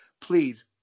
please